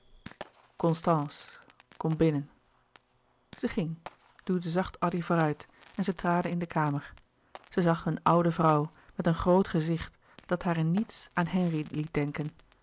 kom binnen zij ging duwde zacht addy vooruit en zij traden in de kamer zij zag een oude vrouw met een groot gezicht dat haar in niets aan henri liet denken